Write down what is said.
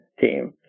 team